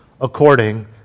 according